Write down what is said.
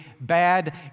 bad